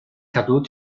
cadw